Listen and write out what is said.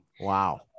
Wow